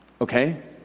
Okay